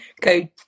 go